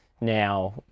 now